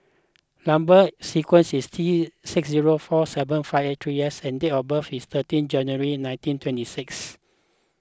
Number Sequence is T six zero four seven five eight three S and date of birth is thirteenth January nineteen twenty six